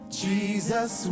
jesus